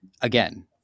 again